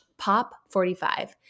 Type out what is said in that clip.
pop45